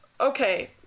Okay